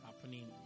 happening